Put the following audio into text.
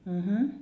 mmhmm